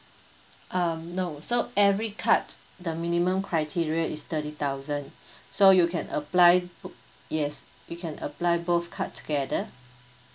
um no so every card the minimum criteria is thirty thousand so you can apply yes you can apply both card together